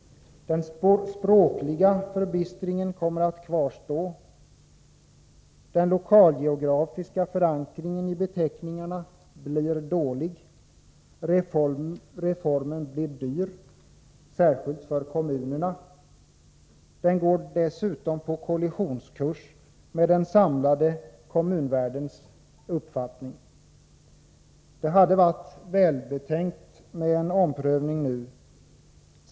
— Den språkliga förbistringen kommer att kvarstå. — Den lokalgeografiska förankringen i beteckningarna blir dålig. — Reformen blir dyr — särskilt för kommunerna. —- Den går dessutom på kollisionskurs med den samlade kommunvärldens uppfattning. Det hade varit välbetänkt med en omprövning nu.